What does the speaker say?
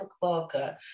cookbook